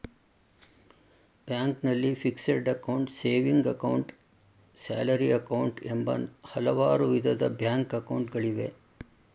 ಬ್ಯಾಂಕ್ನಲ್ಲಿ fixed account, saving account, salary account, ಎಂಬ ಹಲವಾರು ವಿಧದ ಬ್ಯಾಂಕ್ ಅಕೌಂಟ್ ಗಳಿವೆ